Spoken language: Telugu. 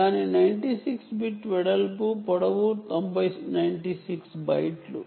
దీని పొడవు 96 బైట్లు